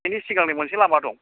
बिनि सिगांनो मोनसे लामा दं